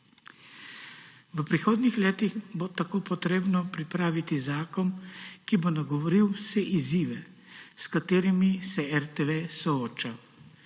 V prihodnjih letih bo tako treba pripraviti zakon, ki bo nagovoril vse izzive, s katerimi se RTV sooča.